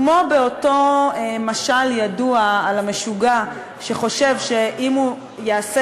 כמו באותו משל ידוע על המשוגע שחושב שאם הוא יעשה